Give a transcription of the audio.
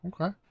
Okay